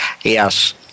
Yes